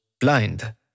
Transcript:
blind